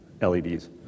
LEDs